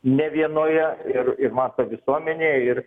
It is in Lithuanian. ne vienoje ir ir mato visuomenėj ir